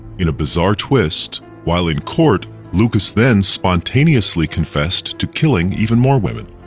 in a bizarre twist, while in court, lucas then spontaneously confessed to killing even more women.